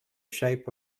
shape